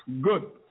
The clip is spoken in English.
Good